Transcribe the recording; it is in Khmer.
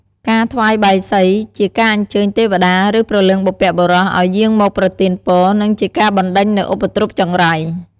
ការថ្វាយបាយសីជាការអញ្ជើញទេវតា ឬព្រលឹងបុព្វបុរសឱ្យយាងមកប្រទានពរ និងជាការបណ្ដេញនូវឧបទ្រពចង្រៃ។